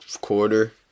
quarter